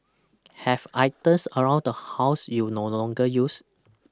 have items around the house you no longer use